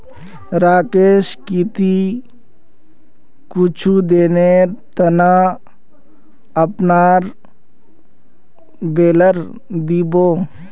राकेश की ती कुछू दिनेर त न अपनार बेलर दी बो